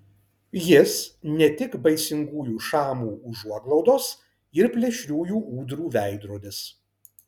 jis ne tik baisingųjų šamų užuoglaudos ir plėšriųjų ūdrų veidrodis